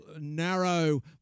narrow